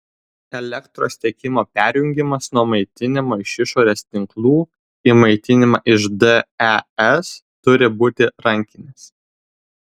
elektros tiekimo perjungimas nuo maitinimo iš išorės tinklų į maitinimą iš des turi būti rankinis